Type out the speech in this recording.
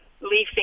leafing